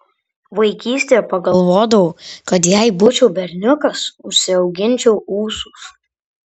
vaikystėje pagalvodavau kad jei būčiau berniukas užsiauginčiau ūsus